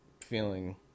feeling